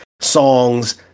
songs